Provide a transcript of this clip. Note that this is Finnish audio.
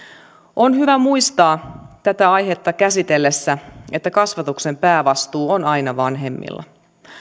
on hyvä muistaa tätä aihetta käsiteltäessä että kasvatuksen päävastuu on aina vanhemmilla